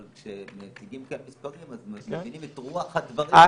אבל כשמציגים כאן מספרים אז מבינים את רוח הדברים של האכיפה.